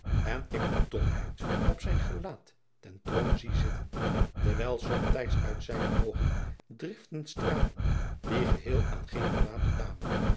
en ik de domheid op zijn gelaat ten troon zie zitten terwijl somtijds uit zijne oogen driften stralen die geheel aan geen prelaat betamen